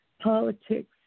politics